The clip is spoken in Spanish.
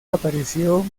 apareció